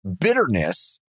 bitterness